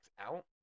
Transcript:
out